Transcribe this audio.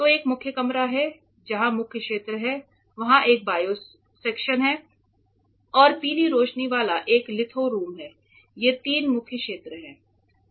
तो एक मुख्य कमरा है जहां मुख्य क्षेत्र है वहां एक बायो सेक्शन है और पीली रोशनी वाला एक लिथो रूम है ये तीन मुख्य क्षेत्र है